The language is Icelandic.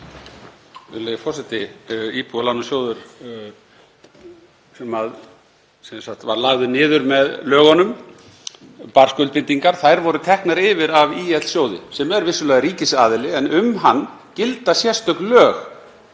Virðulegi forseti. Íbúðalánasjóður sem var lagður niður með lögunum bar skuldbindingar. Þær voru teknar yfir af ÍL-sjóði, sem er vissulega ríkisaðili en um hann gilda sérstök lög,